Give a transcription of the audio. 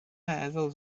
meddwl